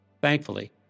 Thankfully